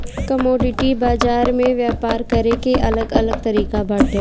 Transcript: commodity बाजार में व्यापार करे के अलग अलग तरिका बाटे